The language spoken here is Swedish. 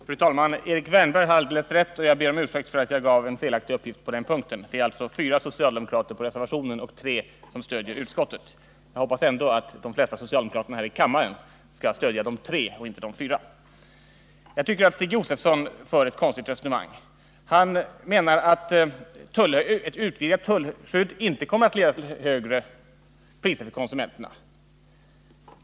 Fru talman! Erik Wärnberg har alldeles rätt, och jag ber om ursäkt för att jag gav en felaktig uppgift på den punkten. Det står fyra socialdemokrater bakom reservationen, medan tre stöder utskottet. Jag hoppas ändå att de flesta socialdemokrater här i kammaren skall stödja de tre och inte de fyra. Jag tycker att Stig Josefson för ett konstigt resonemang. Han menar att ett utvidgat tullskydd inte kommer att leda till högre priser för konsumenterna.